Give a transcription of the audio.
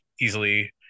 easily